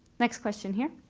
next question here.